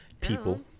people